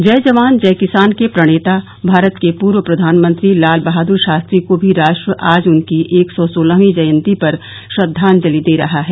जय जवान जय किसान के प्रणेता भारत के पूर्व प्रधानमंत्री लालबहादुर शास्त्री को भी राष्ट्र आज उनकी एक सौ सोलहवीं जयन्ती पर श्रद्धांजलि दे रहा है